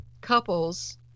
couples